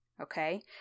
Okay